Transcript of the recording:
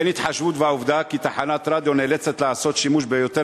אין התחשבות בעובדה כי תחנת רדיו נאלצת לעשות שימוש ביותר